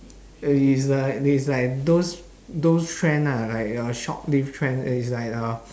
eh is like is like those those trend ah like your short-lived trend it's like uh